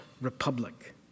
Republic